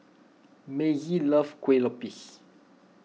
Mazie loves Kue Lupis